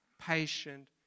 patient